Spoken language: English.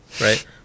Right